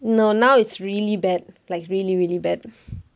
no now it's really bad like it's really really bad